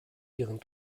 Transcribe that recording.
ihren